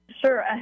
Sure